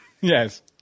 Yes